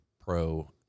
pro